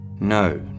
no